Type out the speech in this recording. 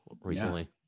recently